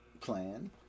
plan